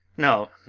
no,